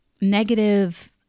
negative